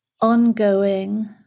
ongoing